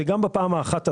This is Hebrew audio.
וגם בפעם האחת הזאת,